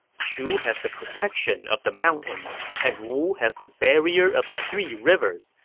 shu has the protection of the mountains, and wu has the barrier of the three rivers.